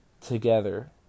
together